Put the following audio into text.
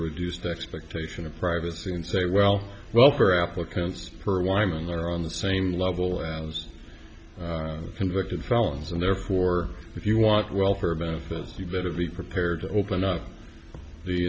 reduced expectation of privacy and say well well for applicants per weimann they're on the same level as convicted felons and therefore if you want welfare benefits you better be prepared to open up the